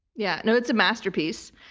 yeah, no it's a masterpiece.